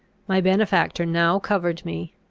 my benefactor now covered me,